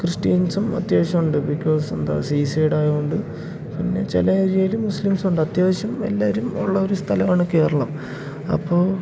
ക്രിസ്ത്യൻസും അത്യാവശ്യമുണ്ട് ബിക്കോസ് എന്താ സീ സൈഡായതുകൊണ്ട് പിന്നെ ചില ഏരിയയിൽ മുസ്ലിംസുണ്ട് അത്യാവശ്യം എല്ലാവരും ഉള്ളൊരു സ്ഥലമാണ് കേരളം അപ്പോൾ